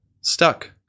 stuck